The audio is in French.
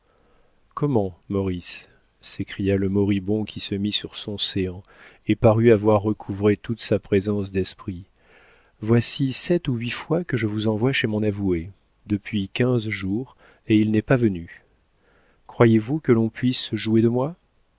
comment maurice s'écria le moribond qui se mit sur son séant et parut avoir recouvré toute sa présence d'esprit voici sept ou huit fois que je vous envoie chez mon avoué depuis quinze jours et il n'est pas venu croyez-vous que l'on puisse se jouer de moi